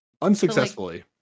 Unsuccessfully